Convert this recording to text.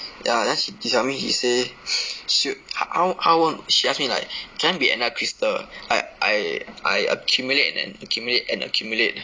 ya then she disiao me she say should how how long she ask me like can I be another crystal like I I accumulate and accumulate and accumulate